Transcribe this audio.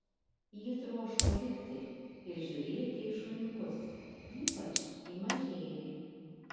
ji troško likti ir žiūrėti į šuniukus ypač į mažėlį